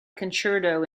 concerto